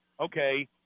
okay